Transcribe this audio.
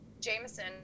jameson